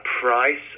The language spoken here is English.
price